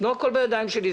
לא הכול בידיים שלי.